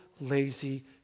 lazy